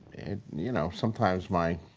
you know sometimes my